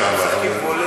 הגברת שאלה,